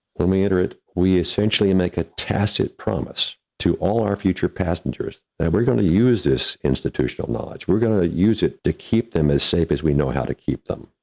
when we iterate, we essentially make a tacit promise to all our future passengers that and we're going to use this institutional knowledge, we're going to use it to keep them as safe as we know how to keep them.